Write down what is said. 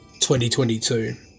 2022